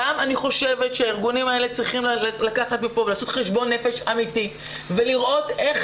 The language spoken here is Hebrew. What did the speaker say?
אני חושבת שהארגונים האלה צריכים לעשות חשבון נפש אמיתי ולראות איך